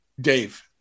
Dave